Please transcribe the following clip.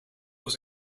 was